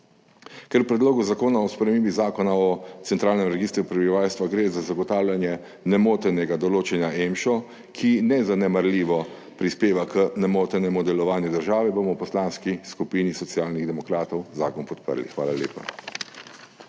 v Predlogu zakona o spremembi Zakona o centralnem registru prebivalstva za zagotavljanje nemotenega določanja EMŠA, ki nezanemarljivo prispeva k nemotenemu delovanju države, bomo v Poslanski skupini Socialnih demokratov zakon podprli. Hvala lepa.